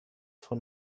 von